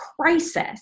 crisis